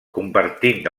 compartint